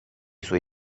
suoi